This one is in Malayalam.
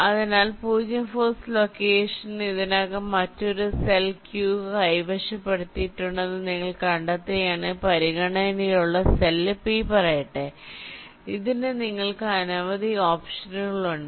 അതിനാൽ 0 ഫോഴ്സ് ലൊക്കേഷൻ ഇതിനകം മറ്റൊരു സെൽ q കൈവശപ്പെടുത്തിയിട്ടുണ്ടെന്ന് നിങ്ങൾ കണ്ടെത്തുകയാണെങ്കിൽ പരിഗണനയിലുള്ള സെൽ p പറയട്ടെ ഇതിന് നിങ്ങൾക്ക് നിരവധി ഓപ്ഷനുകൾ ഉണ്ട്